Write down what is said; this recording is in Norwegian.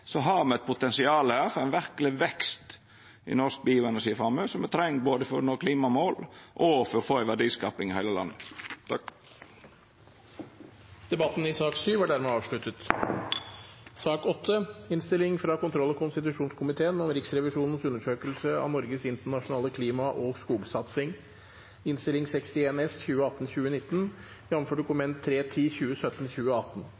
har me eit potensial for ein verkeleg vekst i norsk bioenergi framover, som me treng både for å nå klimamål og for å få ei verdiskaping i heile landet. Flere har ikke bedt om ordet til sak nr. 7. Etter ønske fra kontroll- og konstitusjonskomiteen vil presidenten foreslå at taletiden blir begrenset til 5 minutter til hver partigruppe og